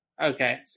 Okay